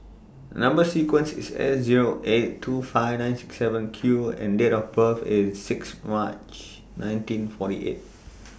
Number sequence IS S Zero eight two five nine six seven Q and Date of birth IS six March nineteen forty eight